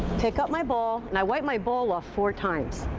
pick up my ball and i wipe my ball off four times.